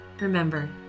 remember